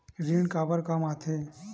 ऋण काबर कम आथे?